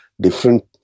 different